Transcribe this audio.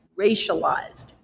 racialized